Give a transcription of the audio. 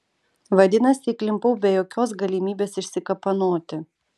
vadinasi įklimpau be jokios galimybės išsikapanoti